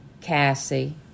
Cassie